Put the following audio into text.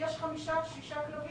יש חמישה-שישה כלבים.